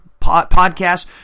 podcast